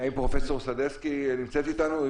פרופ' סדצקי נמצאת איתנו?